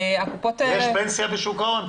הקופות האלה --- יש פנסיה בשוק ההון?